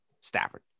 Stafford